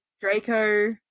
Draco